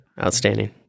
Outstanding